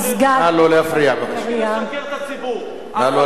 נא לא להפריע, נא לא להפריע.